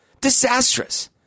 Disastrous